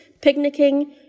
picnicking